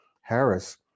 Harris